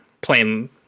playing